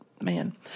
man